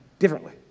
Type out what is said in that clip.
differently